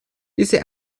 diese